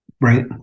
right